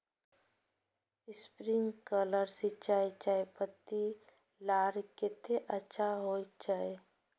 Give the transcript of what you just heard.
Sprinkler सिंचाई चयपत्ति लार केते अच्छा होचए?